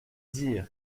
dire